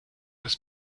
des